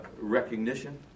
recognition